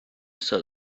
said